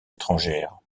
étrangères